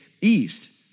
east